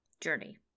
journey